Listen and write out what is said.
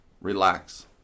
relax